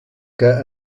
que